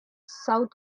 south